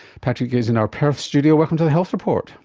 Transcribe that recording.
patrick is in our perth studio. welcome to the health report.